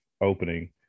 opening